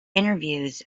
interviews